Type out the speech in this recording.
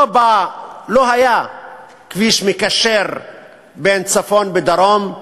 לא היה כביש מקשר בין צפון ודרום.